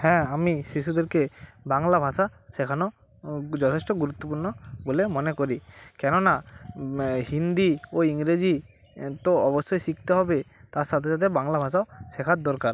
হ্যাঁ আমি শিশুদেরকে বাংলা ভাষা শেখানো যথেষ্ট গুরুত্বপূর্ণ বলে মনে করি কেননা হিন্দি ও ইংরেজি তো অবশ্যই শিখতে হবে তার সাথে সাথে বাংলা ভাষাও শেখার দরকার